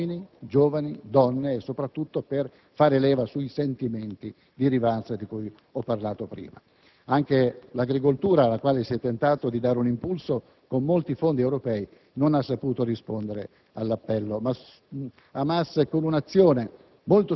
uomini, giovani, donne e soprattutto per far leva sui sentimenti di rivalsa di cui ho parlato prima. Anche l'agricoltura, alla quale si è tentato di dare un impulso con molti fondi europei non ha saputo rispondere all'appello. Hamas, con un'azione